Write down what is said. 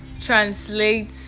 translate